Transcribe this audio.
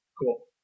Cool